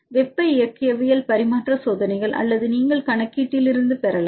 வெப்ப இயக்கவியல் பரிமாற்ற சோதனைகள் அல்லது நீங்கள் கணக்கீட்டிலிருந்து பெறலாம்